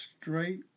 straight